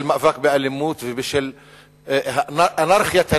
של מאבק באלימות ובאנרכיית הנשק,